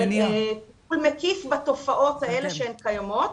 אבל טיפול מקיף בתופעות האלה שקיימות.